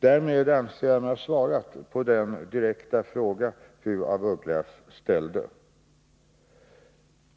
Därmed anser jag mig ha svarat på den direkta fråga fru af Ugglas ställde.